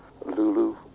Lulu